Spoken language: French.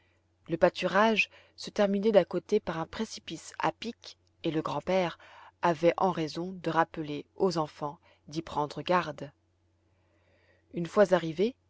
le pâturage se terminait d'un côté par un précipice à pic et le grand-père avait en raison de rappeler aux enfants d'y prendre garde une fois arrivé